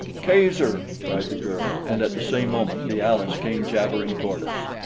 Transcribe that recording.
kazor! cried the girl, and at the same moment the alus came jabbering toward us.